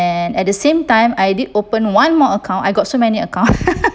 and at the same time I did open one more account I got so many account